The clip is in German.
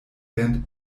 band